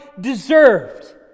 deserved